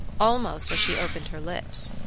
almost as she opened her lips,